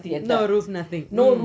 no roof nothing